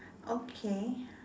okay